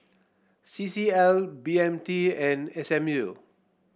C C L B M T and S M U